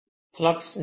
flux 0